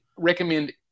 recommend